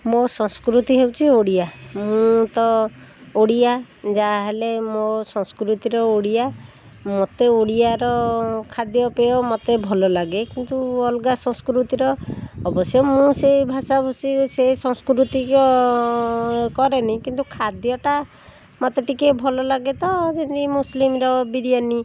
ମୋ ସଂସ୍କୃତି ହେଉଛି ଓଡ଼ିଆ ମୁଁ ତ ଓଡ଼ିଆ ଯାହାହେଲେ ମୋ ସଂସ୍କୃତିର ଓଡ଼ିଆ ମୋତେ ଓଡ଼ିଆର ଖାଦ୍ୟପେୟ ମୋତେ ଭଲ ଲାଗେ କିନ୍ତୁ ଅଲଗା ସଂସ୍କୃତିର ଅବଶ୍ୟ ମୁଁ ସେ ଭାଷାଭୁଷି ସେ ସଂସ୍କୃତିର କରେନି କିନ୍ତୁ ଖାଦ୍ୟଟା ମୋତେ ଟିକେ ଭଲ ଲାଗେ ତ ଯେମିତି ମୁସଲିମର ବିରିୟାନୀ